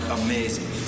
amazing